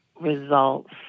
results